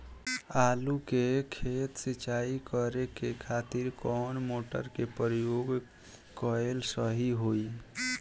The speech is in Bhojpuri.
आलू के खेत सिंचाई करे के खातिर कौन मोटर के प्रयोग कएल सही होई?